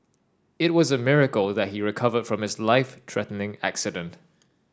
it was a miracle that he recovered from his life threatening accident